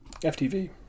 FTV